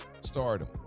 stardom